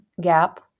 gap